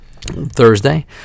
Thursday